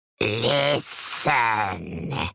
Listen